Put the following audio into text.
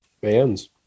bands